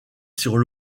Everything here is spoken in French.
sur